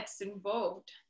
involved